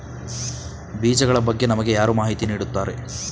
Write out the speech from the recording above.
ಬೀಜಗಳ ಬಗ್ಗೆ ನಮಗೆ ಯಾರು ಮಾಹಿತಿ ನೀಡುತ್ತಾರೆ?